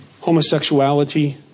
Homosexuality